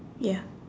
ya